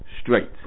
straight